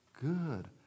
good